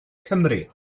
cymru